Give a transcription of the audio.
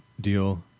deal